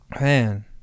Man